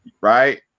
Right